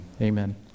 amen